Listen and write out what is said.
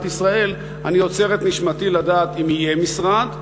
ישראל אני עוצר את נשימתי לדעת אם יהיה משרד,